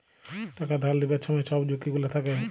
টাকা ধার লিবার ছময় ছব ঝুঁকি গুলা থ্যাকে